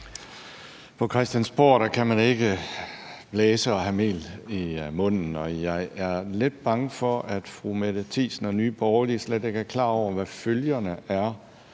På Christiansborg kan man ikke blæse og have mel i munden, og jeg er lidt bange for, at fru Mette Thiesen og Nye Borgerlige slet ikke er klar over, hvad følgerne er